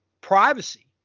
privacy